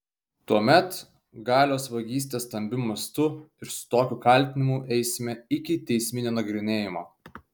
tuomet galios vagystė stambiu mastu ir su tokiu kaltinimu eisime iki teisminio nagrinėjimo